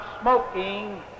smoking